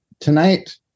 tonight